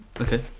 Okay